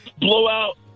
blowout